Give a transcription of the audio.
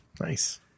nice